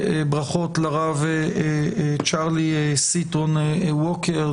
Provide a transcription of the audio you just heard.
ברכות לרב צ'רלי סיטרון ווקר,